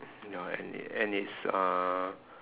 ya and it and it's uh